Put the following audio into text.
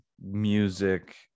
music